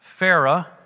Farah